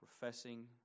professing